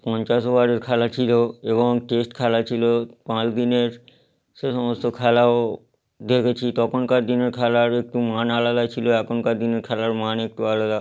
পঞ্চাশ ওভারের খেলা ছিল এবং টেস্ট খেলা ছিল পাঁচ দিনের সেসমস্ত খেলাও দেখেছি তখনকার দিনের খেলার একটু মান আলাদা ছিল এখনকার দিনের খেলার মান একটু আলাদা